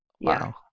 Wow